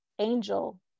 Angel